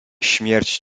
śmierć